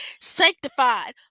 sanctified